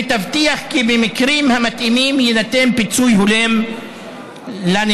ותבטיח כי במקרים המתאימים יינתן פיצוי הולם לנמען.